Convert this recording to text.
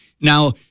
Now